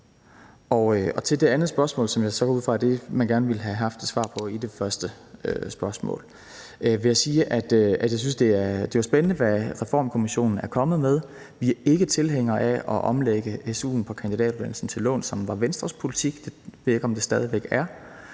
Til det andet spørgsmål, som så er det, jeg går ud fra at man gerne ville have haft et svar på i den første korte bemærkning, vil jeg sige, at jeg synes, at det jo er spændende, hvad Reformkommissionen er kommet med, men vi er ikke tilhængere af at omlægge su'en på kandidatuddannelsen til lån, hvilket var Venstres politik. Det ved jeg ikke om det stadig væk er,